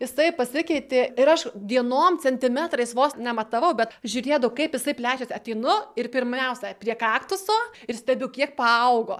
jisai pasikeitė ir aš dienom centimetrais vos nematavau bet žiūrėdavau kaip jisai plečiasi ateinu ir pirmiausia prie kaktuso ir stebiu kiek paaugo